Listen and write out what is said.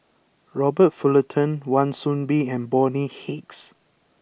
Robert Fullerton Wan Soon Bee and Bonny Hicks